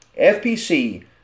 FPC